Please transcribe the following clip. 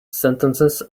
sentences